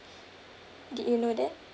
did you know that